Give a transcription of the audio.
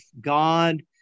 God